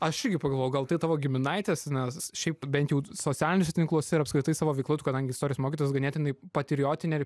aš irgi pagalvojau gal tai tavo giminaitis nes šiaip bent jau socialiniuose tinkluose ir apskritai savo veikla tu kadangi istorijos mokytojas ganėtinai patriotine